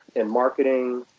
and marketing